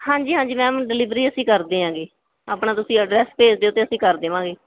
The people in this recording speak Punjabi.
ਹਾਂਜੀ ਹਾਂਜੀ ਮੈਮ ਡਿਲੀਵਰੀ ਅਸੀਂ ਕਰ ਦਿਆਂਗੇ ਆਪਣਾ ਤੁਸੀਂ ਅਡਰੈਸ ਭੇਜ ਦਿਓ ਅਤੇ ਅਸੀਂ ਕਰ ਦੇਵਾਂਗੇ